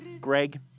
Greg